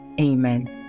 Amen